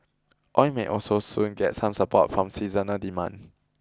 oil may also soon get some support from seasonal demand